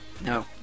no